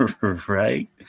Right